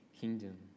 kingdom